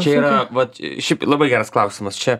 čia yra vat šiaip labai geras klausimas čia